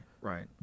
Right